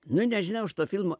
nu nežinau šito filmo